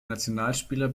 nationalspieler